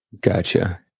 Gotcha